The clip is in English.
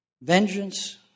Vengeance